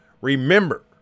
remember